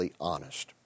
honest